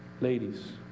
Ladies